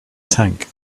tank